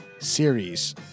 series